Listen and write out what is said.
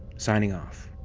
signing off.